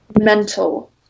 mental